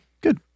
Good